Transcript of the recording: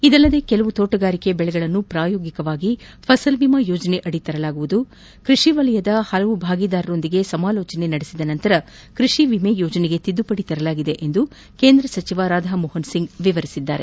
ಇದಲ್ಲದೇ ಕೆಲವು ತೋಟಗಾರಿಕೆ ಬೆಳೆಗಳನ್ನು ಪ್ರಾಯೋಗಿಕವಾಗಿ ಫಸಲ್ಬಿಮಾ ಯೋಜನೆಯಡಿ ತರಲಾಗುವುದು ಕೃಷಿ ವಲಯದ ಪಲವು ಭಾಗೀದಾರರೊಂದಿಗೆ ಸಮಾಲೋಚನೆ ನಡೆಸಿದ ನಂತರ ಕೃಷಿ ವಿಮೆ ಯೋಜನೆಗೆ ತಿದ್ದುಪಡಿ ತರಲಾಗಿದೆ ಎಂದು ಕೇಂದ್ರ ಸಚಿವ ರಾಧಮೋಹನ್ ಸಿಂಗ್ ವಿವರಿಸಿದ್ದಾರೆ